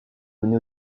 donnée